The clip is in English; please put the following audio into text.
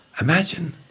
Imagine